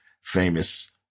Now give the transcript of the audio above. famous